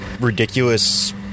ridiculous